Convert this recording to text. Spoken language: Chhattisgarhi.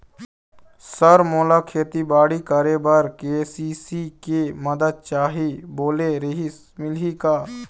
सर मोला खेतीबाड़ी करेबर के.सी.सी के मंदत चाही बोले रीहिस मिलही का?